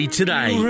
today